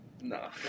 no